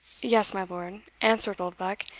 yes, my lord, answered oldbuck,